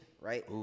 right